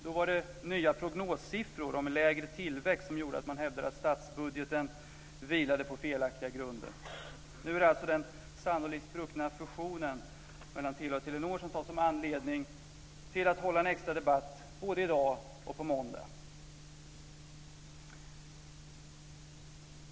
Då var det nya prognossiffror om lägre tillväxt som gjorde att man hävdade att statsbudgeten vilade på felaktiga grunder. Nu är det den sannolikt spruckna fusionen mellan Telia och Telenor som tas som anledning till att hålla en extradebatt både i dag och på måndag.